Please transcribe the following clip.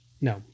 no